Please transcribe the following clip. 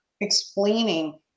explaining